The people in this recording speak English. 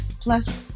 plus